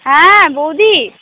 হ্যাঁ বৌদি